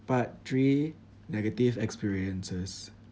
part three negative experiences